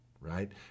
right